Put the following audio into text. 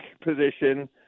position